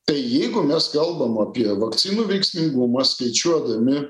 tai jeigu mes kalbam apie vakcinų veiksmingumą skaičiuodami